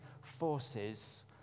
forces